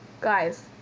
guys